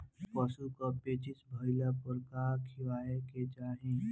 पशु क पेचिश भईला पर का खियावे के चाहीं?